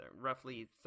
roughly